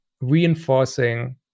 reinforcing